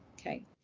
Okay